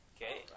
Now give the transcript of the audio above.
Okay